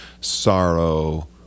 sorrow